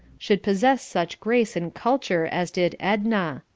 should possess such grace and culture as did edna.